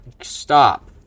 Stop